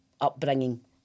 upbringing